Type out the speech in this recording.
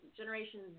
generation